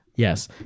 Yes